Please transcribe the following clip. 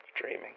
dreaming